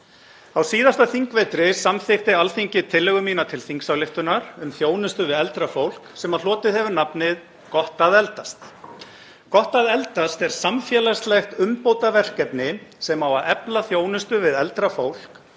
Á síðasta þingvetri samþykkti Alþingi tillögu mína til þingsályktunar um þjónustu við eldra fólk, sem hlotið hefur nafnið Gott að eldast. Gott að eldast er samfélagslegt umbótaverkefni sem á að efla þjónustu við eldra fólk